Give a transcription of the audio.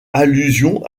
allusion